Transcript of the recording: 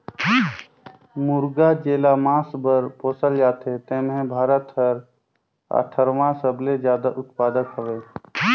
मुरगा जेला मांस बर पोसल जाथे तेम्हे भारत हर अठारहवां सबले जादा उत्पादक हवे